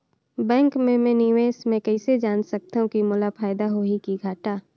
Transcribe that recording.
Bank मे मैं निवेश मे कइसे जान सकथव कि मोला फायदा होही कि घाटा?